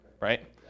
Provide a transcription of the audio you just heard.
right